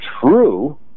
true